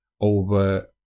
over